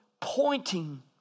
pointing